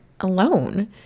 alone